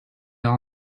all